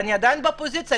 ואני עדיין באופוזיציה,